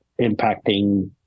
impacting